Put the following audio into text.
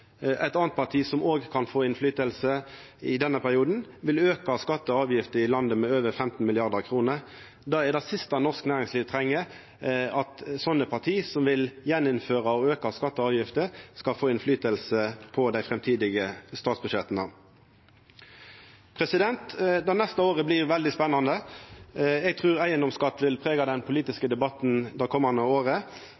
Eit anna parti som òg kan få innverknad i denne perioden, vil auka skattar og avgifter i landet med over 15 mrd. kr. Det siste norsk næringsliv treng, er at slike parti som igjen vil innføra og auka skattar og avgifter skal få innverknad på dei framtidige statsbudsjetta. Det neste året blir veldig spennande. Eg trur eigedomsskatten vil prega den